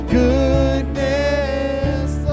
goodness